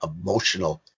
emotional